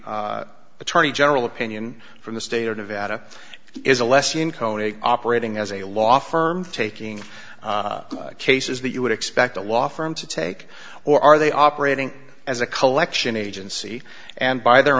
with the attorney general opinion from the state of nevada is a lesson in coney operating as a law firm taking cases that you would expect a law firm to take or are they operating as a collection agency and by their